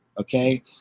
Okay